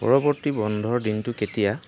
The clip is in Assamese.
পৰৱৰ্তী বন্ধৰ দিনটো কেতিয়া